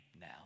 now